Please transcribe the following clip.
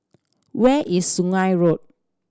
where is Sungei Road